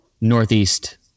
Northeast